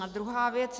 A druhá věc.